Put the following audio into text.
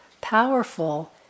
powerful